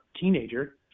teenager